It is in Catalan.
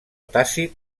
tàcit